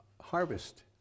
harvest